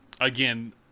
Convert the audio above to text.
Again